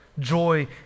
Joy